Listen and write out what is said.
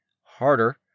Harder